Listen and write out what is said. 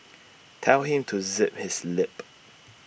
tell him to zip his lip